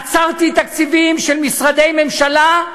עצרתי תקציבים של משרדי הממשלה,